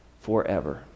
forever